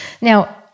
Now